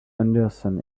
henderson